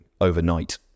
overnight